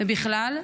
ובכלל,